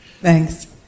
Thanks